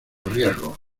los